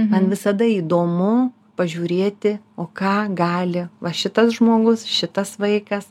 man visada įdomu pažiūrėti o ką gali va šitas žmogus šitas vaikas